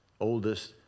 oldest